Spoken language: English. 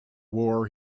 war